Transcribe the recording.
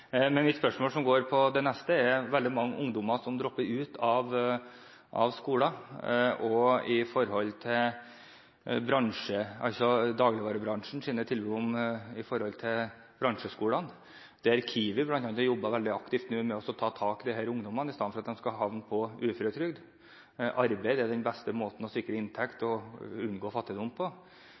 men at det kommer en tilleggsproposisjon, slik at det blir et annet flertall som får på plass de gode tiltakene. Mitt neste spørsmål går på at det er veldig mange ungdommer som dropper ut av skolen, og på dagligvarebransjens tilbud om bransjeskoler, der bl.a. Kiwi har jobbet veldig aktivt med å ta tak i disse ungdommene, i stedet for at de skal havne på uføretrygd. Arbeid er den beste måten å sikre inntekt og unngå fattigdom på.